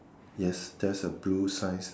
yes that's a blue science